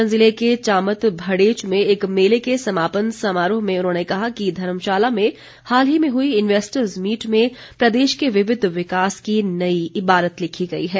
सोलन ज़िले के चामत भड़ेच में एक मेले के समापन समारोह में उन्होंने कहा कि धर्मशाला में हाल ही में हुई इन्वैस्टर्स मीट में प्रदेश के विविधि विकास की नई इबारत लिखी गई है